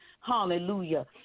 hallelujah